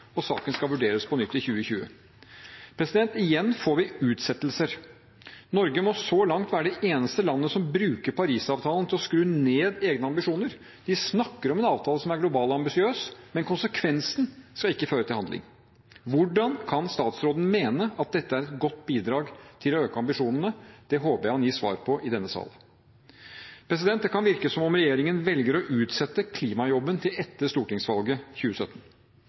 oppfylt. Saken skal vurderes på nytt i 2020. Igjen får vi utsettelser. Norge må så langt være det eneste landet som bruker Paris-avtalen til å skru ned egne ambisjoner. De snakker om en avtale som er global og ambisiøs, men konsekvensen skal ikke føre til handling. Hvordan kan statsråden mene at dette er et godt bidrag til å øke ambisjonene? Det håper jeg han gir svar på i denne salen. Det kan virke som om regjeringen velger å utsette klimajobben til etter stortingsvalget i 2017.